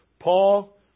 Paul